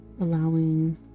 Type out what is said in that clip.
allowing